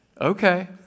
Okay